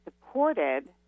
supported